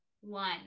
one